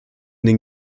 den